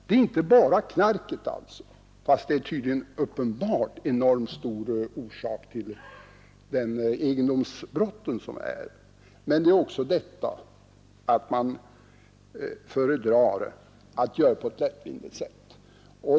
Det är inte bara knarket, som spelar in, fastän detta uppenbart är en enormt bidragande orsak till de egendomsbrott som förekommer, utan det är också rent allmänt så att man föredrar att tjäna sitt uppehälle på ett lättvindigt sätt.